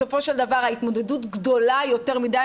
בסופו של דבר ההתמודדות גדולה יותר מדי,